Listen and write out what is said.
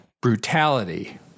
brutality